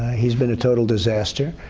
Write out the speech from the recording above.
he has been a total disaster.